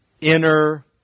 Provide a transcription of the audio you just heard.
inner